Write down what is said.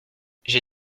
j’ai